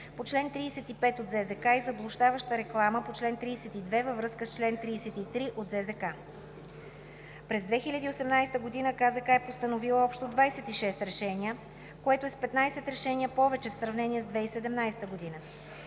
по чл. 35 от ЗЗК и заблуждаваща реклама по чл. 32, във връзка с чл. 33 от ЗЗК. През 2018 г. КЗК е постановила общо 26 решения, което е с 15 решения повече в сравнение с 2017 г.